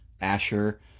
Asher